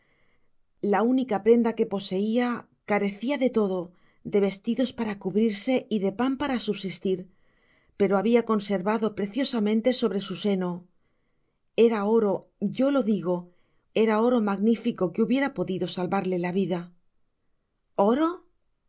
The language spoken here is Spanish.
la única prenda que poseia carecia de todo de vestidos para cubrirse y de pan para subsistir pero habia conservado preciosamente sobre su seno era oro y o lo digo oro magnifico que hubiera podido salvarle la vida